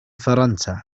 فرنسا